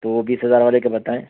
تو وہ بیس ہزار والے کا بتائیں